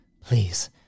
please